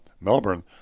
Melbourne